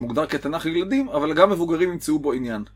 מוגדר כתנ"ך לילדים, אבל גם מבוגרים ימצאו בו עניין.